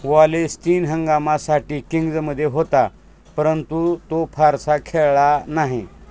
Wallace तीन हंगामासाठी किंग्जमध्ये होता परंतु तो फारसा खेळला नाही